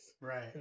Right